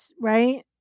right